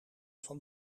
van